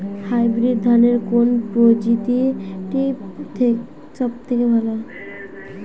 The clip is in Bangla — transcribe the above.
হাইব্রিড ধানের কোন প্রজীতিটি সবথেকে ভালো?